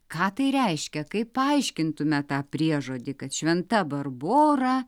ką tai reiškia kaip paaiškintume tą priežodį kad šventa barbora